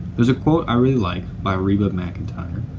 there's a quote i really like by reba mcentire,